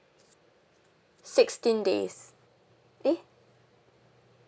sixteen days eh